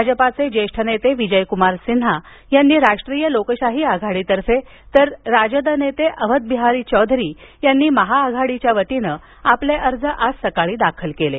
भाजपाचे ज्येष्ठ नेते विजयकुमार सिन्हा यांनी राष्ट्रीय लोकशाही आघाडीतफें तर राजद नेते अवध बिहारी चौधरी यांनी महाआघाडीच्या वतीनं आपले अर्ज आज सकाळी दाखल केले आहेत